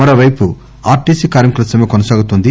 మరోపైపు ఆర్టీసీ కార్మికుల సమ్మె కోనసాగుతోంది